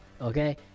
okay